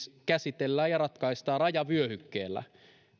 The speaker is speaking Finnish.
käsitellään ja ratkaistaan rajavyöhykkeellä